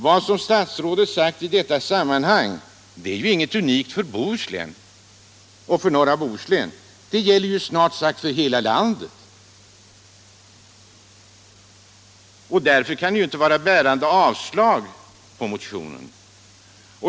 Vad statsrådet Ahlmark sagt i detta sammanhang är inget unikt för området norra Bohuslän — det gäller ju snart sagt för hela landet och kan därför inte vara bärande skäl för avslag på motionen.